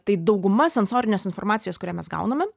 tai dauguma sensorinės informacijos kurią mes gauname